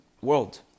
world